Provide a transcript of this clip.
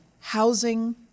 housing